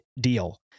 deal